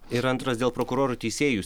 ir antras dėl prokurorų teisėjų